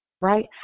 Right